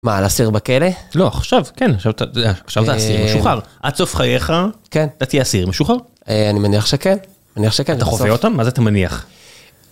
מה, לאסיר בכלא? לא, עכשיו, כן. עכשיו זה אסיר משוחרר. עד סוף חייך, אתה תהיה אסיר משוחרר? אה, אני מניח שכן. מניח שכן, בסוף. אתה חווה אותם? מה זה אתה מניח?